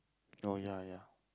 oh ya ya